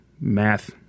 math